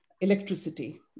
electricity